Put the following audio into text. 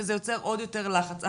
וזה יוצר יותר לחץ.